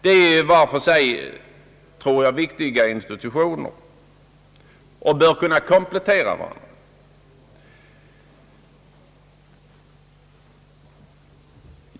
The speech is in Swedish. De är var för sig mycket viktiga institutioner och bör kunna komplettera varandra.